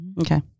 Okay